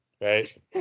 right